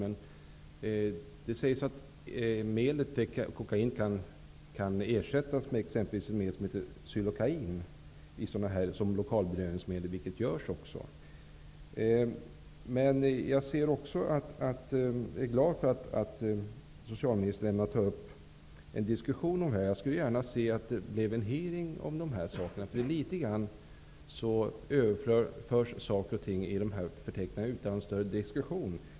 Men det sägs att kokain kan ersättas av exempelvis ett medel som heter cylokain, vilket också görs. Jag är glad för att socialministern ämnar ta upp en diskussion om detta. Jag skulle gärna se att det blir en hearing om dessa frågor. Ämnen i dessa förteckningar överförs utan någon större diskussion.